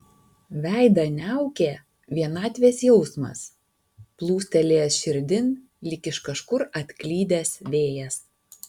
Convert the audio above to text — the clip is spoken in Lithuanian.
veidą niaukė vienatvės jausmas plūstelėjęs širdin lyg iš kažkur atklydęs vėjas